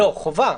לא, חובה.